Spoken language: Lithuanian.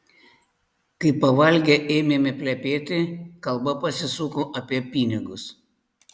kai pavalgę ėmėme plepėti kalba pasisuko apie pinigus